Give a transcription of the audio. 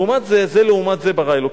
לעומת זה, זה לעומת זה ברא אלוקים.